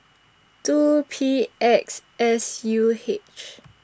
two P X S U H